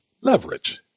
leverage